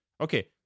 Okay